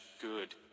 good